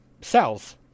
cells